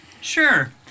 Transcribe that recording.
Sure